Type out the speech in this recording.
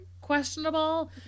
questionable